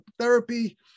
therapy